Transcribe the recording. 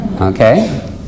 okay